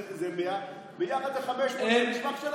זה 100. ביחד זה 500. זה מסמך שלכם.